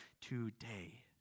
today